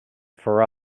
for